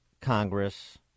Congress